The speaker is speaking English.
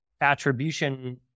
attribution